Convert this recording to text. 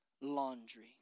laundry